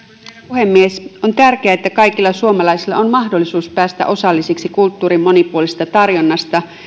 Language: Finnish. puhemies on tärkeää että kaikilla suomalaisilla on mahdollisuus päästä osallisiksi kulttuurin monipuolisesta tarjonnasta